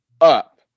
up